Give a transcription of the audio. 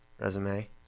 resume